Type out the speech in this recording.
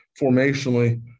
formationally